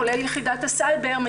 כולל יחידת הסייבר,